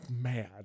mad